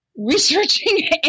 researching